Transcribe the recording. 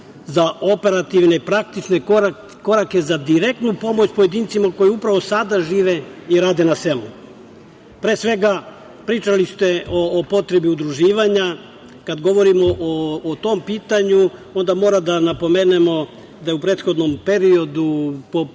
za operativne, praktične korake za direktnu pomoć pojedincima koji upravo sada žive i rade na selu. Pričali ste o potrebi udruživanja. Kada govorimo o tom pitanju, onda moramo da napomenemo da je u prethodnom periodu, po